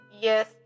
yes